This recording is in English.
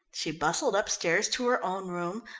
she bustled upstairs to her own room,